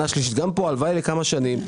גם כאן ההלוואה היא לכמה שנים.